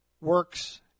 works